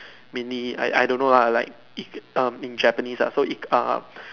mini I I don't know lah like um in Japanese ah so it uh um